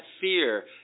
fear